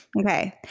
Okay